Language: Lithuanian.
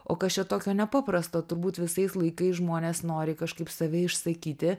o kas čia tokio nepaprasto turbūt visais laikais žmonės nori kažkaip save išsakyti